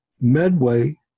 Medway